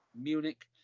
Munich